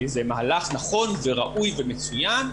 זה מהלך נכון וראוי ומצוין,